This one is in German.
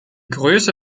größe